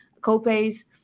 co-pays